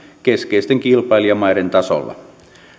keskeisten kilpailijamaiden tasolla